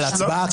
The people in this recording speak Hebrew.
על ההצבעה,